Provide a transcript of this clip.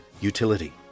utility